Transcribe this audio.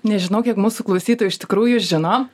nežinau kiek mūsų klausytojų iš tikrųjų žino